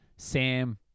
Sam